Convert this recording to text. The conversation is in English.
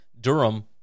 Durham